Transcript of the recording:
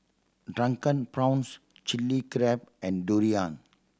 Drunken Prawns Chili Crab and durian